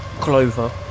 Clover